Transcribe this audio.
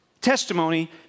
testimony